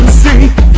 see